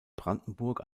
brandenburg